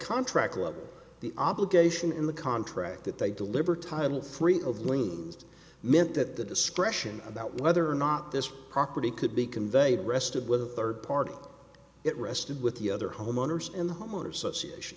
contract level the obligation in the contract that they deliver title three of liens meant that the discretion about whether or not this property could be conveyed rested with a third party it rested with the other homeowners in the homeowners association